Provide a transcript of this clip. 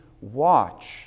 Watch